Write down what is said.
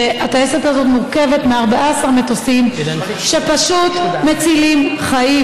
הטייסת הזאת מורכבת מ-14 מטוסים שפשוט מצילים חיים.